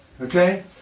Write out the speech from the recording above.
Okay